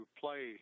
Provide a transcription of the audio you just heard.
play